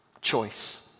Choice